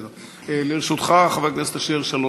ראשון, חבר הכנסת יעקב אשר.